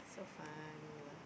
so funny lah